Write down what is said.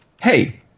hey